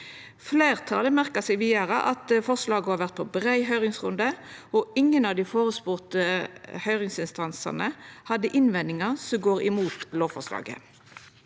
Fleirtalet merkar seg vidare at forslaget har vore på brei høyringsrunde, og ingen av dei spurde høyringsinstansane hadde innvendingar som går imot lovforslaget.